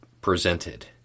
presented